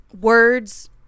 words